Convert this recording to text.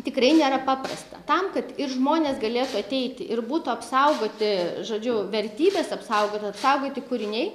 tikrai nėra paprasta tam kad ir žmonės galėtų ateiti ir būtų apsaugoti žodžiu vertybes apsaugotos apsaugoti kūriniai